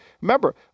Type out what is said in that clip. Remember